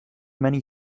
many